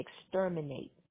exterminate